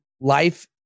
life